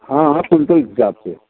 हाँ हाँ कुंटल के हिसाब से